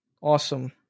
awesome